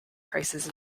prices